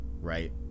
right